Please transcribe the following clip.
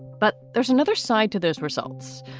but there's another side to those results.